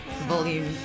Volume